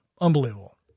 unbelievable